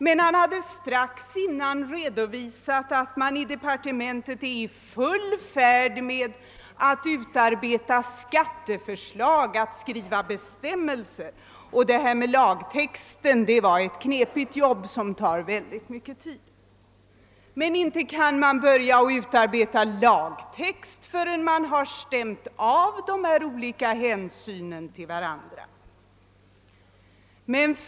Men han hade strax dessförinnan redovisat att man i departementet är i full färd med att utarbeta bestämmelser, och han sade att det här med att utarbeta lagtexten var ett knepigt jobb som tog mycket lång tid. Men inte kan man börja utarbeta lagtext förrän man gjort en avvägning av de olika hänsynen.